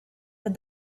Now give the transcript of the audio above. but